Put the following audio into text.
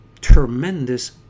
tremendous